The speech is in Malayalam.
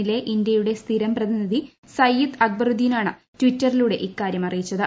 എന്നിലെ ഇന്ത്യയുടെ സ്ഥിരം പ്രതിനിധി സയ്യിദ് അക്ബറുദ്ദീനാണ് ടിറ്ററിലൂടെ ഇക്കാര്യം അറിയിച്ചത്